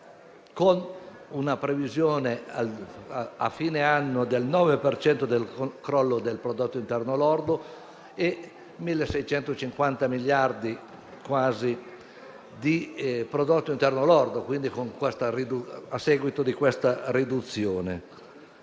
con una previsione a fine anno del 9 per cento del crollo del prodotto interno lordo e quasi 1.650 miliardi di euro di prodotto interno lordo a seguito di questa riduzione.